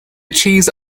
cheese